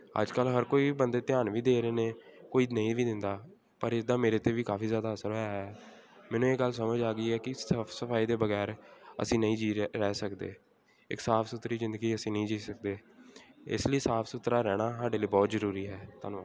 ਅੱਜ ਕੱਲ੍ਹ ਹਰ ਕੋਈ ਬੰਦੇ ਧਿਆਨ ਵੀ ਦੇ ਰਹੇ ਨੇ ਕੋਈ ਨਹੀਂ ਵੀ ਦਿੰਦਾ ਪਰ ਇਸਦਾ ਮੇਰੇ 'ਤੇ ਵੀ ਕਾਫੀ ਜ਼ਿਆਦਾ ਅਸਰ ਹੋਇਆ ਹੈ ਮੈਨੂੰ ਇਹ ਗੱਲ ਸਮਝ ਆ ਗਈ ਹੈ ਕਿ ਸਾਫ ਸਫਾਈ ਦੇ ਬਗੈਰ ਅਸੀਂ ਨਹੀਂ ਜੀ ਰਹੇ ਰਹਿ ਸਕਦੇ ਇੱਕ ਸਾਫ ਸੁਥਰੀ ਜ਼ਿੰਦਗੀ ਅਸੀਂ ਨਹੀਂ ਜੀ ਸਕਦੇ ਇਸ ਲਈ ਸਾਫ ਸੁਥਰਾ ਰਹਿਣਾ ਸਾਡੇ ਲਈ ਬਹੁਤ ਜ਼ਰੂਰੀ ਹੈ ਧੰਨਵਾਦ